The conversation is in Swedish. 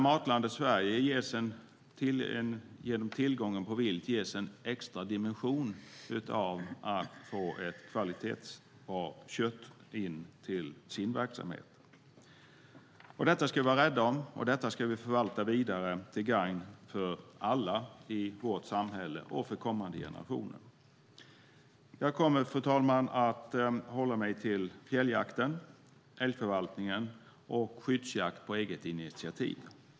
Matlandet Sverige ges en extra dimension genom tillgången på vilt och ett kött av bra kvalitet. Detta ska vi vara rädda om och förvalta vidare till gagn för alla i vårt samhälle och för kommande generationer. Fru talman! Jag kommer att uppehålla mig vid fjälljakten, älgförvaltningen och skyddsjakt på eget initiativ.